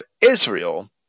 Israel